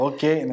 Okay